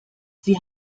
sie